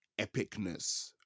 epicness